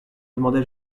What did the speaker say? demandai